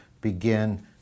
begin